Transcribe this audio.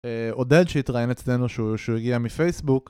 עודד שהתראיין אצלנו שהוא... שהוא הגיע מפייסבוק